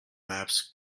maps